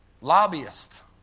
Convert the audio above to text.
Lobbyist